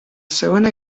segona